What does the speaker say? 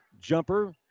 jumper